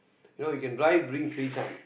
no you can drive during free time